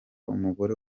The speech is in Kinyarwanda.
umugore